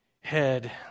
head